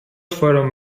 fueron